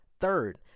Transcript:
Third